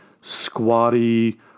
squatty